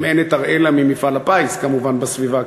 אם אין את אראלה ממפעל הפיס כמובן בסביבה,